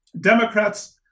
Democrats